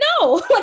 no